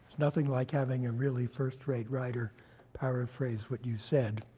nothing like having a really first-rate writer paraphrase what you said.